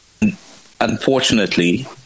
Unfortunately